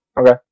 Okay